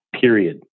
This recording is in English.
period